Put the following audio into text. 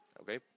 okay